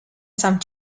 some